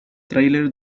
tráiler